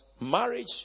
marriage